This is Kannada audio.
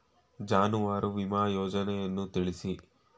ಜಾನುವಾರು ವಿಮಾ ಯೋಜನೆಯನ್ನು ತಿಳಿಸಿ?